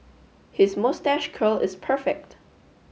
his moustache curl is perfect